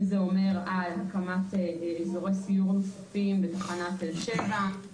בין אם מדובר על הקמת אזורי סיור נוספים בתחנת באר שבע,